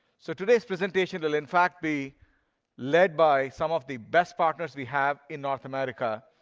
so today's presentation will, in fact, be led by some of the best partners we have in north america,